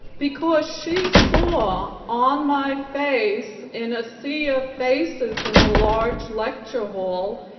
because she saw on my face, in a sea of faces in a large lecture hall,